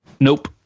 Nope